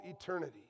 eternity